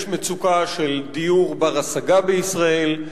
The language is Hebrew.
יש מצוקה של דיור בר-השגה בישראל,